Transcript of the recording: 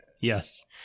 yes